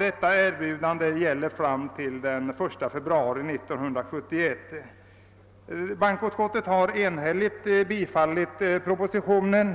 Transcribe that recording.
Detta erbjudande gäller fram till den 1 februari 1971. .' Bånkoutskottet har enhälligt tillstyrkt bifall till propositionen.